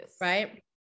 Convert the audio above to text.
Right